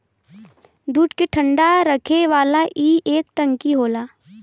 दूध के ठंडा रखे वाला ई एक टंकी होला